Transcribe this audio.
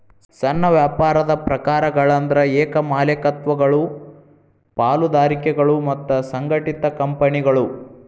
ಸಣ್ಣ ವ್ಯಾಪಾರದ ಪ್ರಕಾರಗಳಂದ್ರ ಏಕ ಮಾಲೇಕತ್ವಗಳು ಪಾಲುದಾರಿಕೆಗಳು ಮತ್ತ ಸಂಘಟಿತ ಕಂಪನಿಗಳು